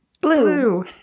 blue